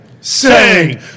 Sing